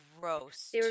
gross